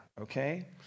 okay